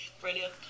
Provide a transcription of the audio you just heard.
Brilliant